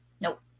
Nope